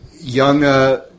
Young